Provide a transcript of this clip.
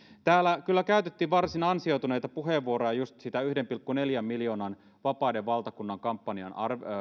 täällä kyllä käytettiin varsin ansioituneita puheenvuoroja just siitä yhden pilkku neljän miljoonan vapaiden valtakunta kampanjan